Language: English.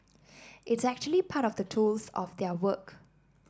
it's actually part of the tools of their work